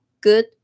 Good